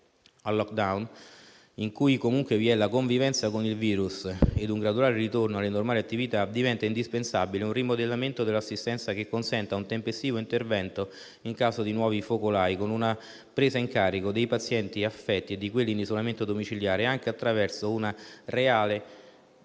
al *lockdown*, in cui comunque vi è la convivenza con il virus ed un graduale ritorno alle normali attività, diventa indispensabile un rimodellamento dell'assistenza che consenta un tempestivo intervento in caso di nuovi focolai, con una presa in carico dei pazienti affetti e di quelli in isolamento domiciliare, anche attraverso una reale